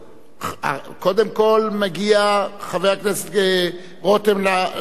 קודם כול יגיע חבר הכנסת רותם להציג את החוק.